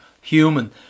human